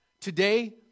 Today